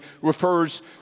refers